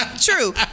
true